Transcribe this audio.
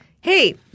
Hey